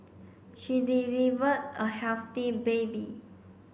she delivered a healthy baby